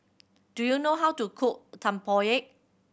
do you know how to cook Tempoyak